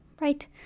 Right